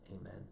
Amen